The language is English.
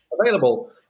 Available